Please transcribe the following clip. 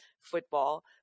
football